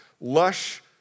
lush